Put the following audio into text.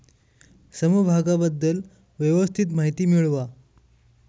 समभागाबद्दल व्यवस्थित माहिती मिळवा